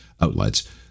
outlets